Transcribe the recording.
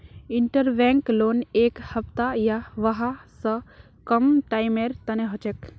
interbank loan एक हफ्ता या वहा स कम टाइमेर तने हछेक